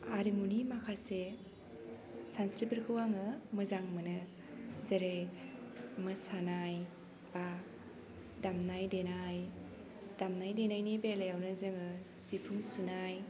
आरिमुनि माखासे सानस्रिफोरखौ आङो मोजां मोनो जेरै मोसानाय बा दामनाय देनाय दामनाय देनायनि बेलायावलाय जोङो सिफुं सुनाय